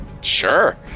Sure